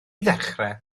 ddechrau